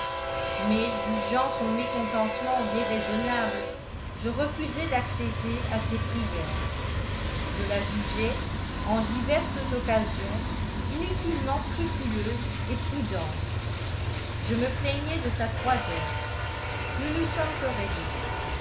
mais jugeant son mécontentement déraisonnable je refusai d'accéder à ses prières je la jugeai en diverses occasions inutilement scrupuleuse et prudente je me plaignais de sa froideur nous nous sommes